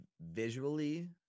visually